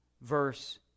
verse